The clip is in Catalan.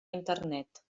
internet